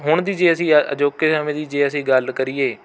ਹੁਣ ਦੀ ਜੇ ਅਸੀਂ ਅ ਅਜੋਕੇ ਸਮੇਂ ਦੀ ਜੇ ਅਸੀਂ ਗੱਲ ਕਰੀਏ